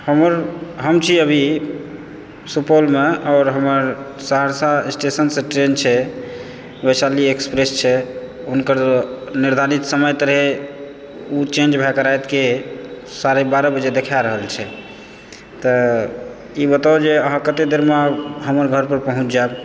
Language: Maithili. हमर हम छी अभी सुपौलमे आओर हमर सहरसा स्टेशनसँ ट्रेन छै वैशाली एक्सप्रेस छै हुनकर निर्धारित समय तऽ रहै ओ चेन्ज भए कऽ रातिके साढ़े बारह बजे देखाए रहल छै तऽ ई बताउ जे अहाँ कते देरमे हमर घर पर पहुँच जाएब